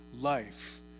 life